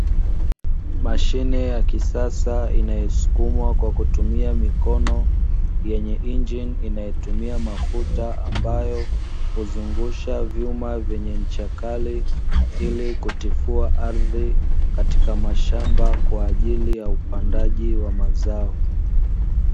Mashine ya kisasa inayosukumwa kwa kutumia mikono, yenye injini inayotumia mafuta ambayo huzungusha vyuma vyenye ncha kali, ili kutifua ardhi katika mashamba kwa ajili ya upandaj wa mazao.